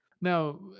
Now